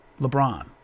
LeBron